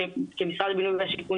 כמשרד הבינוי והשיכון,